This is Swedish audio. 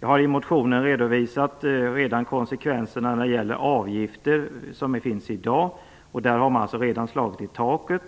Jag har i motionen redovisat konsekvenserna när det gäller avgifter, som finns i dag. Dessa avgifter har redan slagit i taket.